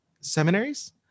seminaries